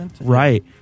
Right